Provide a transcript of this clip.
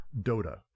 Dota